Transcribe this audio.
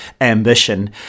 ambition